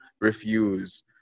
refuse